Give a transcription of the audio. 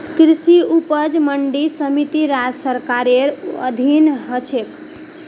कृषि उपज मंडी समिति राज्य सरकारेर अधीन ह छेक